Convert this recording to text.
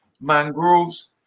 mangroves